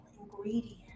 ingredient